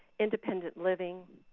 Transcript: independent living,